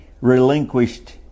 Relinquished